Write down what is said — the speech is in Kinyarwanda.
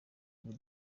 ubu